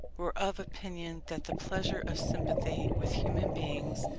were of opinion that the pleasure of sympathy with human beings,